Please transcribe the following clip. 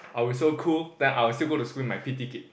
I'll be so cool then I'll still go to school with my p_t kit